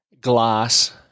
glass